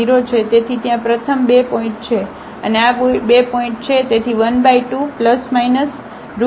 તેથી ત્યાં પ્રથમ બે પોઇન્ટ છે અને આ બે પોઇન્ટ છે તેથી 12±32 છે